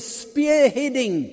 spearheading